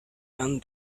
done